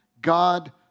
God